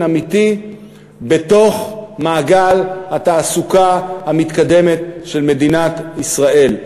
אמיתי בתוך מעגל התעסוקה המתקדמת של מדינת ישראל.